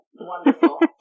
Wonderful